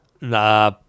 Nah